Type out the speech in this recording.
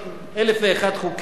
אלף ואחד חוקים,